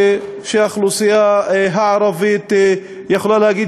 שהאוכלוסייה הערבית הייתה יכולה להגיד